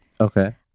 okay